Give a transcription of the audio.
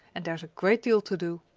and there's a great deal to do.